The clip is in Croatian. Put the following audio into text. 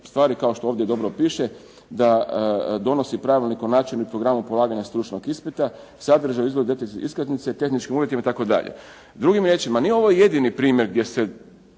stvari kao što ovdje dobro piše da donosi pravilnik o načinu i programu polaganja stručnog ispita, sadržaj … /Govornik se ne razumije./ … iskaznice, tehničkim uvjetima itd. Drugim riječima, nije ovo jedini primjer gdje se